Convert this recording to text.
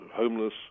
homeless